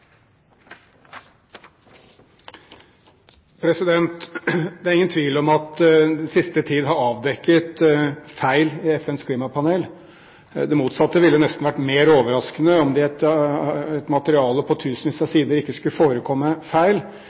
Det er ingen tvil om at det den siste tid har blitt avdekket feil ved FNs klimapanel. Det motsatte ville nesten vært mer overraskende – om det i et materiale på tusenvis av sider ikke skulle forekommet feil.